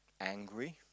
angry